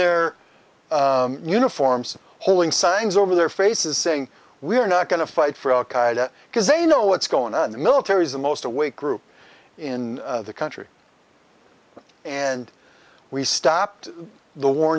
their uniforms holding signs over their faces saying we're not going to fight for al qaeda because they know what's going on in the military is the most awake group in the country and we stopped the war